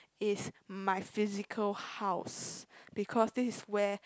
if my physical house because this is where